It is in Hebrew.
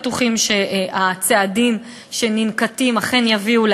במדדים הם כל כך בלתי מספיקים בעליל למדינה שבהחלט יש לה